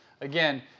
again